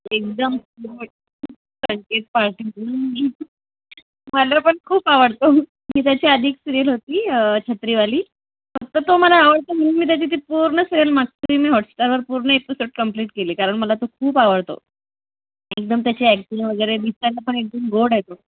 एकदम क्युट वाटतो संकेत पाठक मला पण खूप आवडतो मी त्याच्या आधी एक सिरीयल होती छत्रीवाली फक्त तो मला आवडतो म्हणून मी त्याची ती पूर्ण सिरीयल मस्तपैकी मी हॉटस्टारवर पूर्ण एपिसोड कंप्लिट केले कारण मला तो खूप आवडतो एकदम त्याची ऍक्टिंग वगैरे दिसायला पण एकदम गोड आहे तो